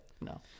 No